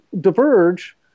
diverge